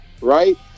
right